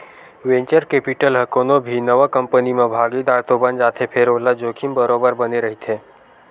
venture capital ह कोनो भी नवा कंपनी म भागीदार तो बन जाथे फेर ओला जोखिम बरोबर बने रहिथे